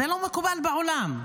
זה לא מקובל בעולם,